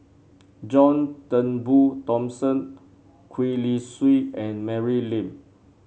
John Turnbull Thomson Gwee Li Sui and Mary Lim